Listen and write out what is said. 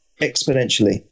exponentially